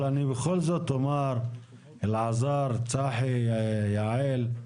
אבל אני בכל זאת אומר, אלעזר, צחי, יעל.